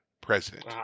president